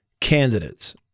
candidates